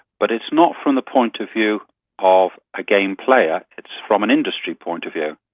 but it's not from the point of view of a game-player, it's from an industry point of view.